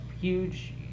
huge